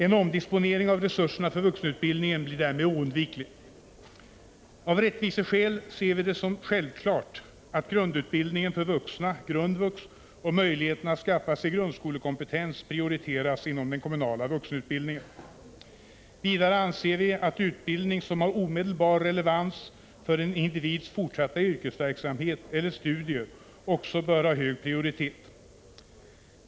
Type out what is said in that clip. En omdisponering av resurserna för vuxenutbildningen blir därmed oundviklig. Av rättviseskäl ser vi det som självklart att grundutbildningen för vuxna och möjligheten att skaffa sig grundskolekompetens prioriteras inom den kommunala vuxenutbildningen. Vidare anser vi att utbildning som har omedelbar relevans för en individs fortsatta yrkesverksamhet eller studier också bör ha hög prioritet.